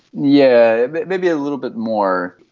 yeah, maybe a little bit more.